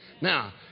now